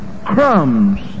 crumbs